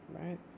right